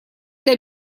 для